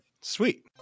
sweet